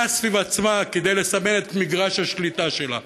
סביב עצמה כדי לסמן את מגרש השליטה שלה.